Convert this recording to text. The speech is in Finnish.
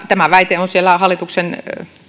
tämä väite on siellä hallituksen